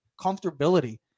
comfortability